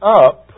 up